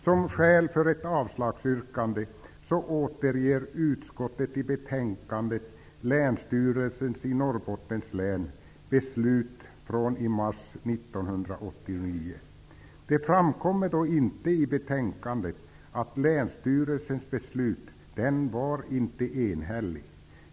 Som skäl för ett avslagsyrkande återger utskottet i betänkandet beslutet som fattats i Länsstyrelsen i Norrbottens län i mars 1989. Det framkommer inte i betänkandet att länsstyrelsens beslut inte var enhälligt.